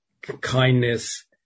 kindness